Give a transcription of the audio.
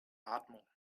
atmung